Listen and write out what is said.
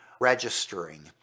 registering